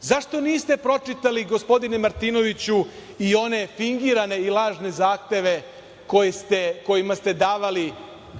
zašto niste pročitali, gospodine Martinoviću, i one fingirane i lažne zahteve kojima ste davali